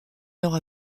nord